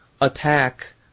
attack